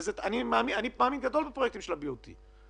מאמין גדול בפרויקטים של ה-BOT.